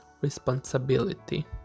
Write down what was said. responsibility